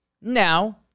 Now